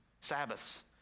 Sabbaths